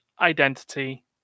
identity